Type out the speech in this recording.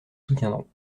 soutiendrons